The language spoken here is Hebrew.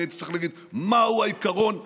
אם הייתי צריך להגיד מהו העיקרון האחד,